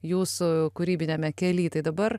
jūsų kūrybiniame kely tai dabar